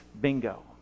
bingo